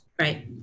Right